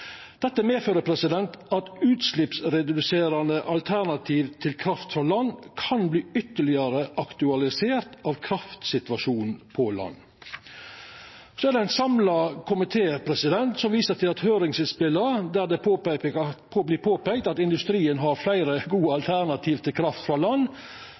Dette medfører at utslippsreduserande alternativ til kraft frå land kan bli ytterlegare aktualisert av kraftsituasjonen på land. Det er ein samla komité som viser til høringsinnspela, der det vert påpeikt at industrien har fleire gode alternativ til kraft frå land,